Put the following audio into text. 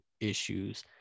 issues